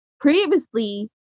previously